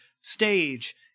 stage